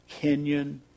Kenyan